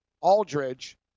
Aldridge